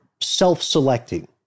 self-selecting